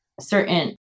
certain